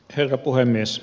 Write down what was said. herra puhemies